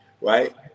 right